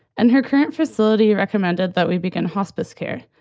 and her current facility recommended that we begin hospice care,